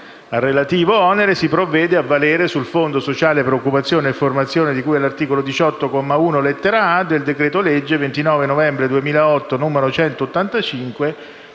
Al relativo onere si provvede a valere sul Fondo sociale per l'occupazione e formazione di cui all'articolo 18, comma 1, lettera *a)*, del decreto-legge 29 novembre 2008, n. 185,